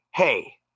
Hey